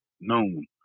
noon